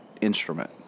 instrument